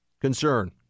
Concern